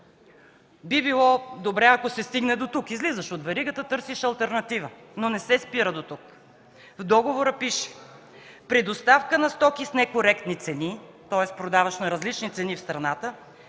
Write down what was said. Би било добре, ако се стигне дотук – излизаш от веригата, търсиш алтернатива. Но не се спира дотук. В договора пише: „При доставка на стоки с некоректни цени, тоест продаваш на различни цени в страната,